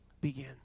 begin